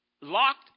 locked